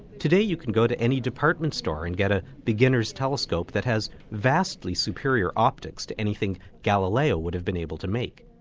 today you can go to any department store and get a beginner's telescope that has vastly superior optics to anything galileo would have been able to make.